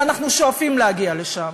ואנחנו שואפים להגיע לשם,